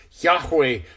Yahweh